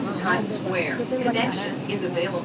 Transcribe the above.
हाँ है दो दो तीन बच्चा हैं यहाँ पर